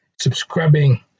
subscribing